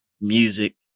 music